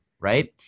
right